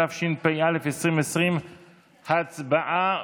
התשפ"א 2020. הצבעה,